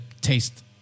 taste